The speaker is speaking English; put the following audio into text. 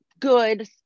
good